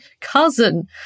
cousin